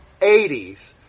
80s